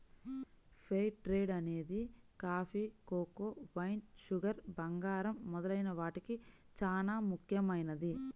fair trade అనేది coffee, cocoa, wine, sugar, బంగారం మొదలైన వాటికి చానా ముఖ్యమైనది